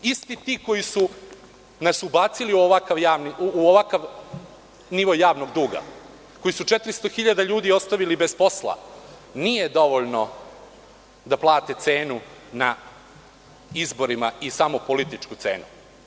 Isti ti koji su nas ubacili u ovakav nivo javnog duga, koji su 400.000 ljudi ostavili bez posla, nije dovoljno da plate cenu na izborima i samo političku cenu.